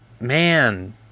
man